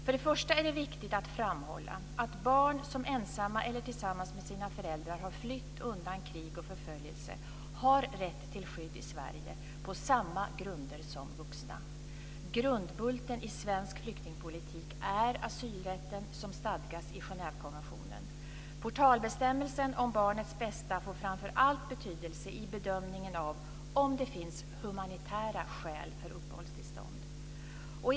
För det första är det viktigt att framhålla att barn som ensamma eller tillsammans med sina föräldrar har flytt undan krig och förföljelse har rätt till skydd i Sverige på samma grunder som vuxna. Grundbulten i svensk flyktingpolitik är asylrätten som stadgas i Genèvekonventionen. Portalbestämmelsen om barnets bästa får framför allt betydelse i bedömningen av om det finns humanitära skäl för uppehållstillstånd.